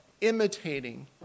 imitating